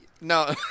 No